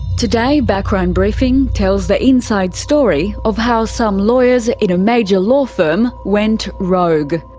today, background briefing tells the inside story of how some lawyers in a major law firm went rogue.